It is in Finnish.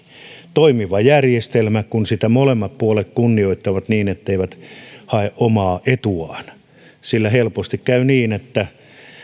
toimiva järjestelmä kun sitä molemmat puolet kunnioittavat niin etteivät hae omaa etuaan helposti käy niin että